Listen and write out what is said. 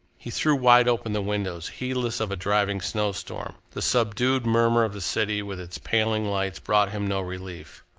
he threw wide open the windows, heedless of a driving snowstorm. the subdued murmur of the city, with its paling lights, brought him no relief.